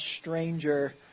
stranger